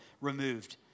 removed